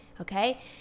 Okay